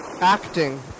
acting